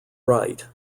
right